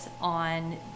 on